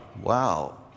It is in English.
Wow